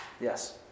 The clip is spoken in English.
Yes